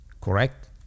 Correct